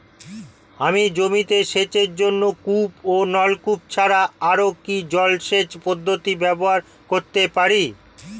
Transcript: আমি জমিতে সেচের জন্য কূপ ও নলকূপ ছাড়া আর কি জলসেচ পদ্ধতি ব্যবহার করতে পারি?